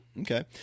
Okay